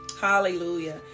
Hallelujah